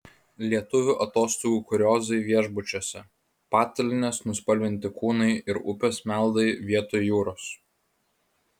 lietuvių atostogų kuriozai viešbučiuose patalynės nuspalvinti kūnai ir upės meldai vietoj jūros